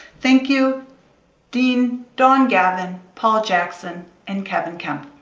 thank you dean dawn gavin, paul jackson, and kevin kaempf.